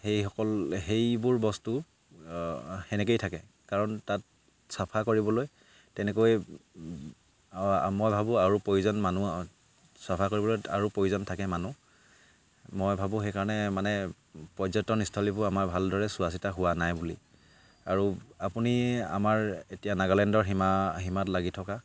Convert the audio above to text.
সেইসকল সেইবোৰ বস্তু সেনেকৈয়ে থাকে কাৰণ তাত চাফা কৰিবলৈ তেনেকৈ মই ভাবোঁ আৰু প্ৰয়োজন মানুহ চাফা কৰিবলৈ আৰু প্ৰয়োজন থাকে মানুহ মই ভাবোঁ সেইকাৰণে মানে পৰ্যটনস্থলীবোৰ আমাৰ ভালদৰে চোৱা চিতা হোৱা নাই বুলি আৰু আপুনি আমাৰ এতিয়া নাগালেণ্ডৰ সীমা সীমাত লাগি থকা